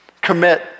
Commit